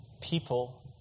people